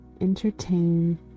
entertain